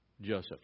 Joseph